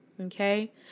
Okay